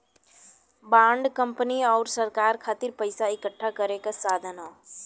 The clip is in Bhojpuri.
बांड कंपनी आउर सरकार खातिर पइसा इकठ्ठा करे क साधन हौ